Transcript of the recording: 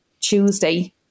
Tuesday